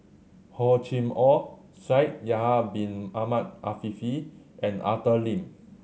Hor Chim Or Shaikh Yahya Bin Ahmed Afifi and Arthur Lim